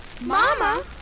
Mama